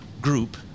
group